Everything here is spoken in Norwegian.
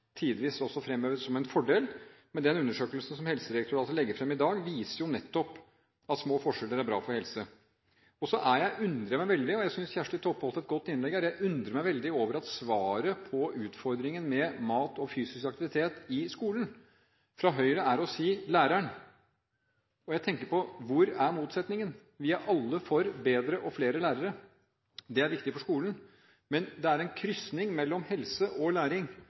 tidvis også fremhevet som en fordel – men den undersøkelsen som Helsedirektoratet legger fram i dag, viser nettopp at små forskjeller er bra for helse. Så undrer jeg meg veldig over, og jeg synes Kjersti Toppe holdt et godt innlegg her, at svaret – på utfordringene med mat og fysisk aktivitet i skolen – fra Høyre er å si: læreren. Jeg tenker: Hvor er motsetningen? Vi er alle for bedre og flere lærere. Det er viktig for skolen. Men det er et krysningspunkt mellom helse og læring: